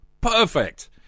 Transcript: Perfect